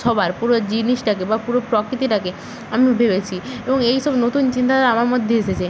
সবার পুরো জিনিসটাকে বা পুরো প্রকৃতিটাকে আমি ভেবেছি এবং এই সব নতুন চিন্তাধারা আমার মধ্যে এসেছে